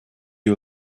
you